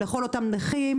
לכל אותם נכים,